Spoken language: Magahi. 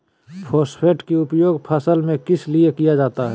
फॉस्फेट की उपयोग फसल में किस लिए किया जाता है?